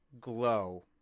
glow